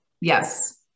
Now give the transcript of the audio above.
Yes